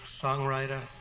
songwriter